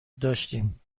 داشتیم